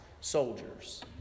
soldiers